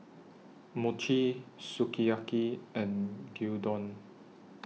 Mochi Sukiyaki and Gyudon